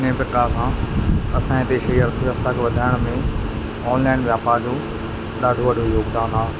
इन प्रकार सां असांजे देश जी अर्थव्यवस्था खे वधाइण में ऑनलाइन वापार जो ॾाढो वॾो योगदानु आहे